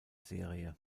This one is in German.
serie